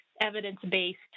evidence-based